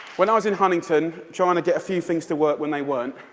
when i was in huntington, trying to get a few things to work when they weren't,